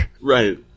Right